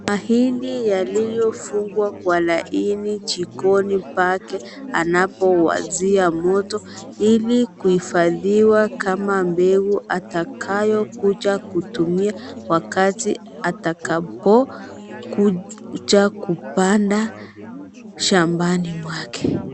Mahindi yaliyofungwa kwa laini jikoni pake anapowashia moto ili kuhifadhiwa kama mbegu atakayokuja kutumia wakati atakapo kuja kupanda shambani mwake.